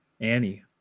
Annie